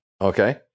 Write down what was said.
Okay